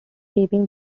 keeping